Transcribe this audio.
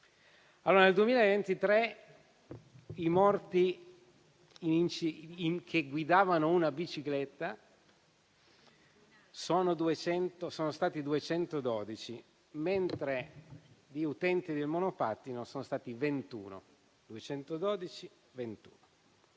Nel 2023 i morti che guidavano una bicicletta sono stati 212, mentre i morti utenti del monopattino sono stati 21.